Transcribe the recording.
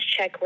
checklist